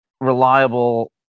reliable